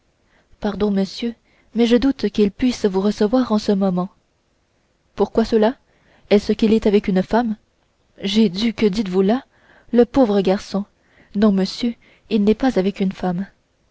pardon monsieur mais je doute qu'il puisse vous recevoir en ce moment pourquoi cela est-ce qu'il est avec une femme jésus que dites-vous là le pauvre garçon non monsieur il n'est pas avec une femme